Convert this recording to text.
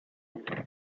and